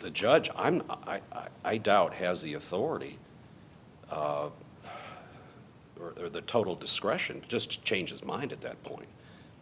the judge i'm i doubt has the authority or the total discretion to just change his mind at that point